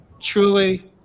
truly